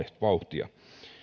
vauhtia